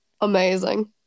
Amazing